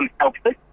helpless